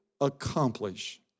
accomplish